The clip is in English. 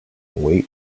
wait